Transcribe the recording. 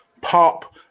pop